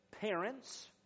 parents